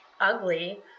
ugly